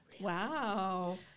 Wow